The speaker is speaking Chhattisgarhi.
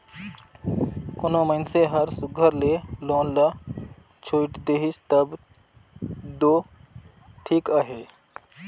कोनो मइनसे हर सुग्घर ले लोन ल छुइट देहिस तब दो ठीक अहे